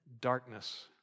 darkness